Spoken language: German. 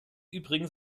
übrigens